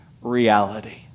reality